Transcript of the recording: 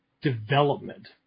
development